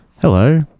Hello